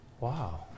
Wow